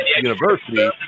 university